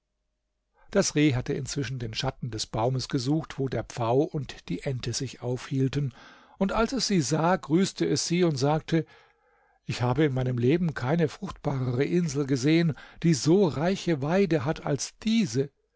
das reh hatte inzwischen den schatten des baumes gesucht wo der pfau und die ente sich aufhielten und als es sie sah grüßte es sie und sagte ich habe in meinem leben keine fruchtbarere insel gesehen die so reiche weide hat als diese